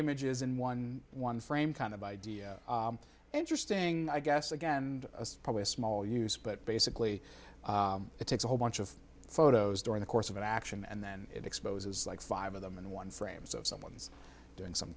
images in one one frame kind of idea interesting i guess again and probably a small use but basically it takes a whole bunch of photos during the course of action and then it exposes like five of them in one frames of someone's doing some